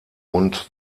und